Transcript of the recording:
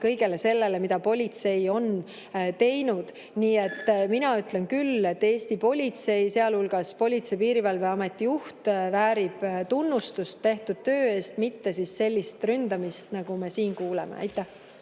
kõigele sellele, mida politsei on teinud. Nii et mina ütlen küll, et Eesti politsei, sealhulgas Politsei- ja Piirivalveameti juht väärib tunnustust tehtud töö eest, mitte sellist ründamist, nagu me siin kuuleme. Aitäh!